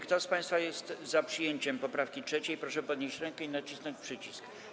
Kto z państwa jest za przyjęciem poprawki 3., proszę podnieść rękę i nacisnąć przycisk.